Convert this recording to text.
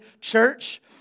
church